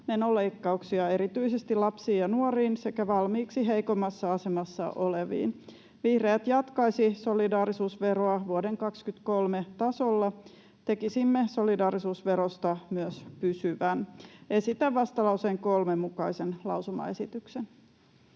menoleikkauksia erityisesti lapsiin ja nuoriin sekä valmiiksi heikoimmassa asemassa oleviin. Vihreät jatkaisi solidaarisuusveroa vuoden 23 tasolla. Tekisimme solidaarisuusverosta myös pysyvän. Esitän vastalauseen 3 mukaisen lausumaesityksen.